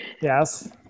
Yes